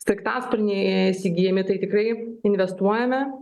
sraigtasparniai įsigyjami tai tikrai investuojame